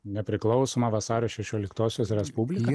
nepriklausomą vasario šešioliktosios respubliką jinai valdžia